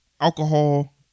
Alcohol